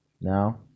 Now